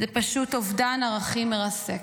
זה פשוט אובדן ערכים מרסק.